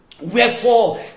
Wherefore